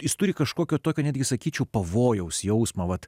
jis turi kažkokio tokio netgi sakyčiau pavojaus jausmą vat